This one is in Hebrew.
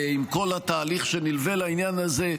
עם כל התהליך שנלווה לעניין הזה,